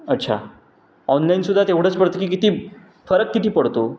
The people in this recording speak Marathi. अच्छा ऑनलाईनसुद्धा तेवढंच पडतं की किती फरक किती पडतो